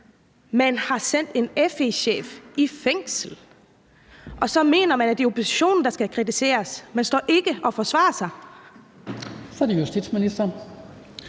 Man har sendt en FE-chef i fængsel. Og så mener man, at det er oppositionen, der skal kritiseres. Man står ikke og forsvarer sig.